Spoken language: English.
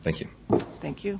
thank you thank you